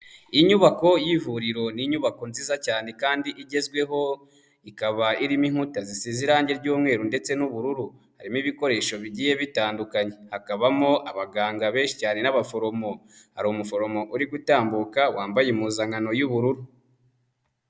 Inyubako y'ivuriro ni inyubako nziza cyane kandi igezweho, ikaba irimo inkuta zisize irange ry'umweru ndetse n'ubururu, harimo ibikoresho bigiye bitandukanye, hakabamo abaganga benshi cyane n'abaforomo, hari umuforomo uri gutambuka wambaye impuzankano y'ubururu.